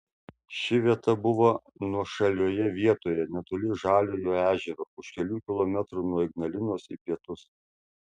ši vieta buvo nuošalioje vietoje netoli žaliojo ežero už kelių kilometrų nuo ignalinos į pietus